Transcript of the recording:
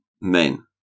men